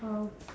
!wow!